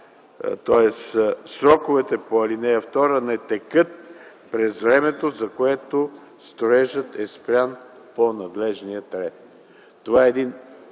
„Сроковете по ал. 2 не текат през времето, за което строежът е спрян по надлежния ред.”